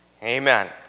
Amen